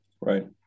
Right